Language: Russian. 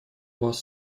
вас